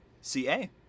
C-A